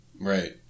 Right